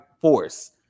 force